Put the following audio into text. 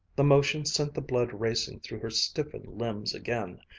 the motion sent the blood racing through her stiffened limbs again.